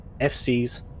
FCs